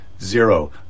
Zero